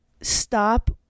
stop